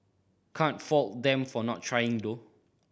can't fault them for not trying though